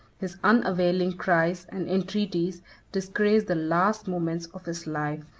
his unavailing cries and entreaties disgraced the last moments of his life,